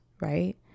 right